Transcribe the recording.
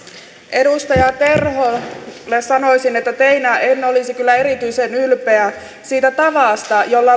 edustaja terholle sanoisin että teinä en olisi kyllä erityisen ylpeä siitä tavasta jolla